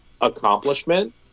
accomplishment